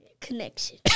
Connection